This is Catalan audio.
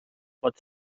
pot